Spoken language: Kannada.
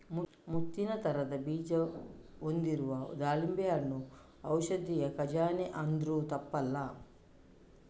ಮುತ್ತಿನ ತರದ ಬೀಜ ಹೊಂದಿರುವ ದಾಳಿಂಬೆ ಹಣ್ಣು ಔಷಧಿಯ ಖಜಾನೆ ಅಂದ್ರೂ ತಪ್ಪಲ್ಲ